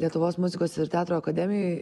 lietuvos muzikos ir teatro akademijoj